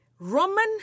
Roman